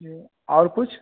जी हाँ और कुछ